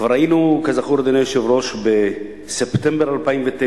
כבר ראינו, כזכור, אדוני היושב-ראש, בספטמבר 2009,